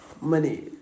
money